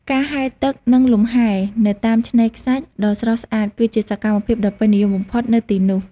ការហែលទឹក និងលំហែ នៅតាមឆ្នេរខ្សាច់ដ៏ស្រស់ស្អាតគឺជាសកម្មភាពដ៏ពេញនិយមបំផុតនៅទីនោះ។